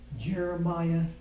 Jeremiah